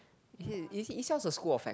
is is is is yours a school of